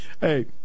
Hey